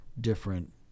different